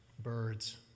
birds